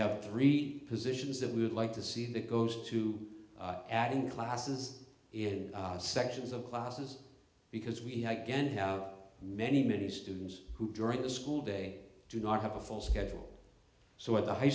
have three positions that we would like to see that goes to adding classes in sections of classes because we had again have many many students who during the school day do not have a full schedule so at the high